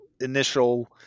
initial